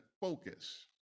focus